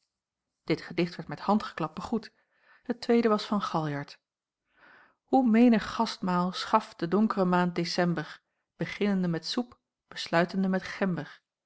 dit gedicht werd met handgeklap begroet het tweede was van galjart hoe menig gastmaal schaft de donkere maand december beginnende met soep besluitende met gember